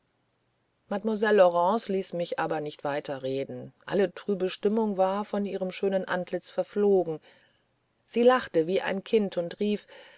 mademoiselle laurence ließ mich aber nicht weiterreden alle trübe stimmung war von ihrem schönen antlitz verflogen sie lachte wie ein kind und rief